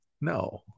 No